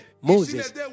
Moses